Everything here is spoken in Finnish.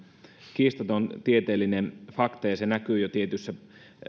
kiistaton tieteellinen fakta ja se näkyy jo tietyssä